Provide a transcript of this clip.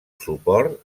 suport